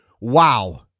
wow